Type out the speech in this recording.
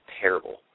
terrible